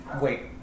wait